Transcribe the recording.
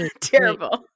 Terrible